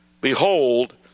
Behold